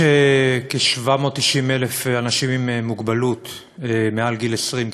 יש כ-790,000 אנשים עם מוגבלות מעל גיל 20,